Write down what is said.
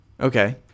okay